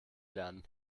lernen